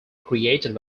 created